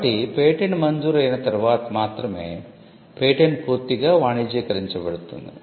కాబట్టి పేటెంట్ మంజూరు అయిన తర్వాత మాత్రమే పేటెంట్ పూర్తిగా వాణిజ్యీకరించబడుతుంది